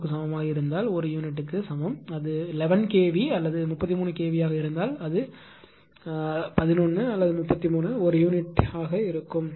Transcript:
0 க்கு சமமாக இருந்தால் 1 யூனிட்டுக்கு க்கு சமம் அது 11 kV அல்லது 33 kV ஆக இருந்தால் அது 11 அல்லது 33 1 யூனிட்டுக்கு ஆக இருக்கும்